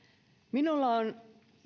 minulla on